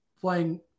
playing